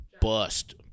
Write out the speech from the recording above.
bust